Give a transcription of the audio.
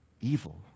evil